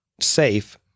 safe